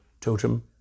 totem